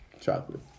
Chocolate